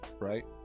right